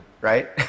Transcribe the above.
right